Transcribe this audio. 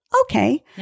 okay